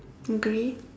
grey